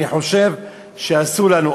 אני חושב שאסור לנו,